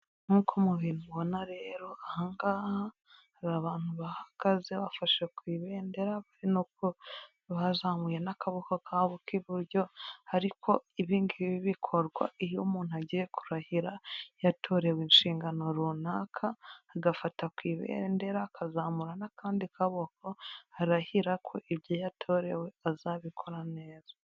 Nk'uko mubibona rero, aha ngaha hari abantu bahagaze bafashe ku ibendera. bari no ku bazamuye n'akaboko kabo k'iburyo, ariko ibi ngibi bikorwa iyo umuntu agiye kurahira yatorewe inshingano runaka, agafata ku ibendera akazamura n'akandi kaboko, arahira ko ibyo yatorewe azabikora neza.